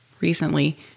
recently